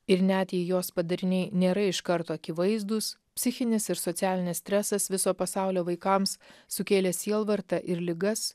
ir net jei jos padariniai nėra iš karto akivaizdūs psichinis ir socialinis stresas viso pasaulio vaikams sukėlė sielvartą ir ligas